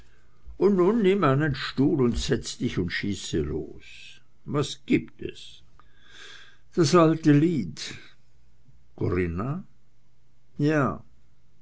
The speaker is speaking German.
und nun nimm einen stuhl und setz dich und schieße los was gibt es das alte lied corinna ja